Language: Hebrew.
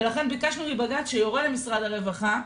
ולכן ביקשנו מבג"צ שיורה למשרד הרווחה,